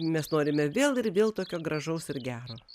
mes norime vėl ir vėl tokio gražaus ir gero